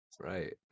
right